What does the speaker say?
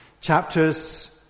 chapter's